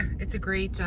it's a great,